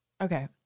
okay